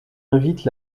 invite